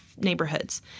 neighborhoods